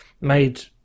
made